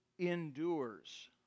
endures